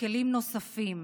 בכלים נוספים